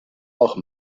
auch